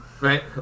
right